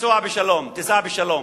תיסע בשלום.